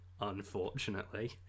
unfortunately